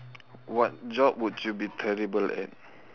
what job would you be terrible at